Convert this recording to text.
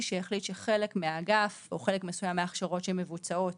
שהחליט שחלק מהאגף או חלק מסוים מההכשרות שמבוצעות